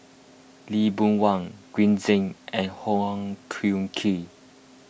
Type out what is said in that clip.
Lee Boon Wang Green Zeng and Wong Hung Khim